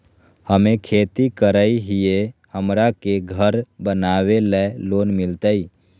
हमे खेती करई हियई, हमरा के घर बनावे ल लोन मिलतई?